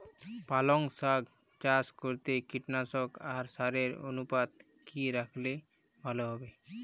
পালং শাক চাষ করতে কীটনাশক আর সারের অনুপাত কি রাখলে ভালো হবে?